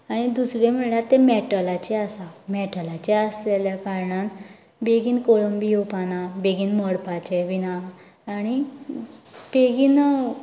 आनी दुसरें म्हळ्यार ती मेटलांची आसा मेटलांची आसलेल्या कारणान बेगीन कळम बीन येवपाना बेगीन मोडपाचे बीन ना आनी बेगीन